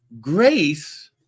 grace